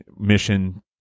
mission